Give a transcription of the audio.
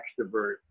extrovert